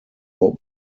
open